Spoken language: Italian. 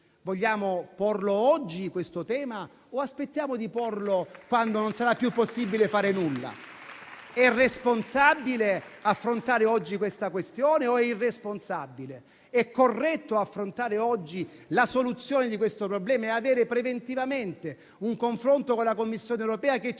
Vogliamo porlo oggi questo tema o aspettiamo di porlo quando non sarà più possibile fare nulla? È responsabile affrontare oggi questa questione o è irresponsabile? È corretto affrontare oggi la soluzione di questo problema e avere preventivamente un confronto con la Commissione europea che ci